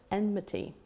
enmity